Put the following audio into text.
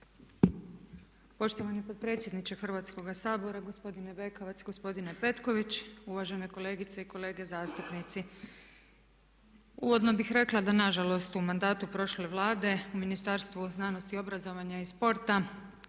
Poštovani potpredsjedniče Hrvatskoga sabora, gospodine Bekavac, gospodine Petković, uvažene kolegice i kolege zastupnici. Uvodno bih rekla da nažalost u mandatu prošle Vlade u Ministarstvu znanosti, obrazovanja i sporta